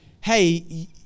hey